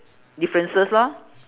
differences lor